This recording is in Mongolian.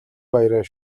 баяраар